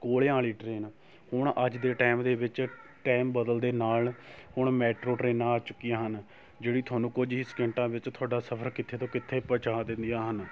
ਕੋਲਿਆਂ ਵਾਲੀ ਟਰੇਨ ਹੁਣ ਅੱਜ ਦੇ ਟਾਇਮ ਦੇ ਵਿੱਚ ਟਾਇਮ ਬਦਲਣ ਦੇ ਨਾਲ ਹੁਣ ਮੈਟਰੋ ਟਰੇਨਾਂ ਆ ਚੁੱਕੀਆਂ ਹਨ ਜਿਹੜੀ ਤੁਹਾਨੂੰ ਕੁਝ ਹੀ ਸਕਿੰਟਾਂ ਵਿੱਚ ਤੁਹਾਡਾ ਸਫ਼ਰ ਕਿੱਥੇ ਤੋਂ ਕਿੱਥੇ ਪਹੁੰਚਾ ਦਿੰਦੀਆਂ ਹਨ